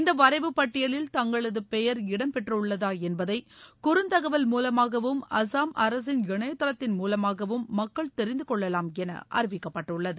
இந்த வரைவு பட்டியலில் தங்களது பெயர் இடம்பெற்றுள்ளதா என்பதை குறுந்தகவல் மூலமாகவும் அஸ்ஸாம் அரசின் இணையதளத்தின் மூலமாகவும் மக்கள் தெரிந்துகொள்ளலாம் என அறிவிக்கப்பட்டுள்ளது